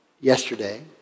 yesterday